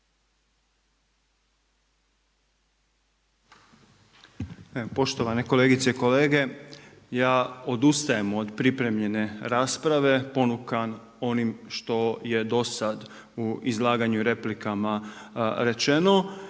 Poštovane kolegice i kolege, ja odustajem od pripremljene rasprave ponukan onim što je do sad u izlaganju i replikama rečeno.